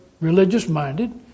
religious-minded